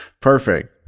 perfect